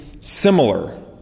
similar